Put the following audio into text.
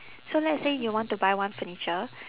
so let's say you want to buy one furniture